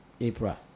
april